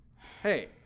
Hey